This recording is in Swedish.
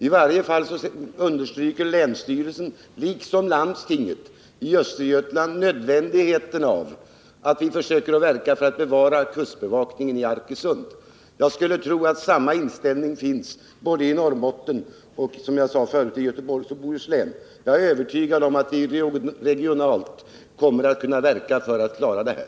I varje fall understryker länsstyrelsen i Östergötland, liksom landstinget där, nödvändigheten av att verka för att försöka bevara kustbevakningen i Arkösund. Jag skulle tro att samma inställning finns både i Norrbottens och, som jag sade förut, i Göteborgs och Bohus län. Jag är övertygad om att vi regionalt kommer att verka för att kunna klara det här.